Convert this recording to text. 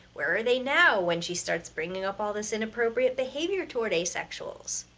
where are they now when she starts bringing up all this inappropriate behavior toward asexuals?